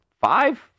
five